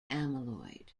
amyloid